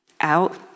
out